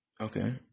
Okay